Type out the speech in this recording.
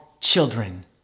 children